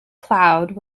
cloud